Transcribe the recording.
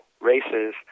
races